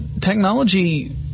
Technology